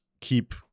keep